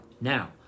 now